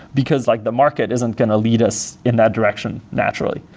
because like the market isn't going to lead us in that direction naturally.